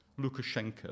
Lukashenko